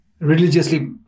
religiously